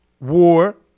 War